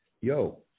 Yo